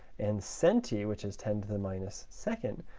and centi, which is ten to the minus second,